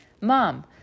Mom